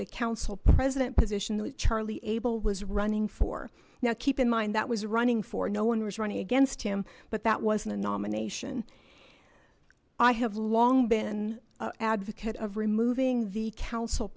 the council president position that charlie abel was running for now keep in mind that was running for no one was running against him but that wasn't a nomination i have long been advocate of removing the council